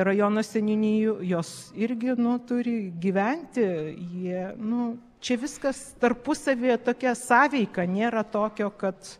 rajono seniūnijų jos irgi nu turi gyventi jie nu čia viskas tarpusavyje tokia sąveika nėra tokio kad